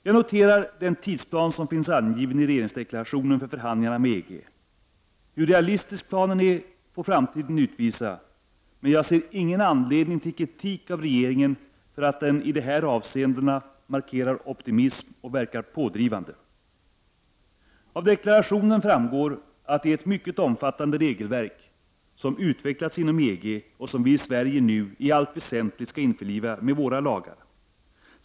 Jag noterar den tidsplan som finns angiven i regeringsdeklarationen för förhandlingarna med EG. Hur realistisk planen är får framtiden utvisa, men jag ser ingen anledning till kritik av regeringen, för att den i de här avseendena markerar optimism och verkar pådrivande. Av deklarationen framgår att det är ett mycket omfattande regelverk som utvecklats inom EG och som vi i Sverige nu, i allt väsentligt, skall införliva med våra lagar.